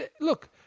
look